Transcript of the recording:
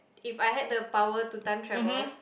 If I had the power to time travel